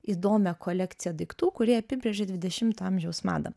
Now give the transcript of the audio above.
įdomią kolekciją daiktų kurie apibrėžia dvidešimo amžiaus madą